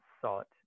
sought